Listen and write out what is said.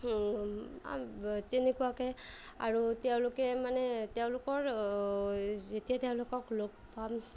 তেনেকুৱাকৈ আৰু তেওঁলোকে মানে তেওঁলোকৰ যেতিয়া তেওঁলোকক লগ পাম